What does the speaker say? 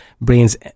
brain's